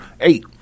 Eight